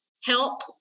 help